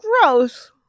gross